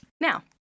Now